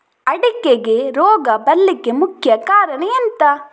ಅಡಿಕೆಗೆ ರೋಗ ಬರ್ಲಿಕ್ಕೆ ಮುಖ್ಯ ಕಾರಣ ಎಂಥ?